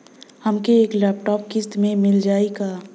हमके एक लैपटॉप किस्त मे मिल जाई का?